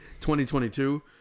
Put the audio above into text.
2022